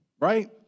right